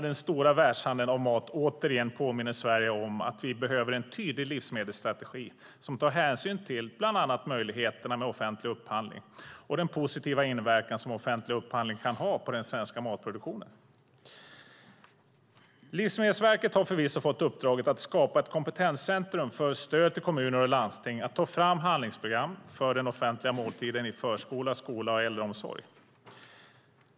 Den stora världshandeln av mat påminner återigen Sverige om att vi behöver en tydlig livsmedelsstrategi som tar hänsyn till bland annat möjligheterna med offentlig upphandling och den positiva inverkan som offentlig upphandling kan ha på den svenska matproduktionen. Livsmedelsverket har förvisso fått uppdraget att skapa ett kompetenscentrum för stöd till kommuner och landsting att ta fram handlingsprogram för den offentliga måltiden i förskola, skola och äldreomsorg.